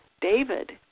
David